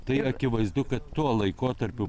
tai akivaizdu kad tuo laikotarpiu